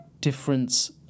difference